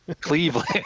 Cleveland